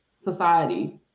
society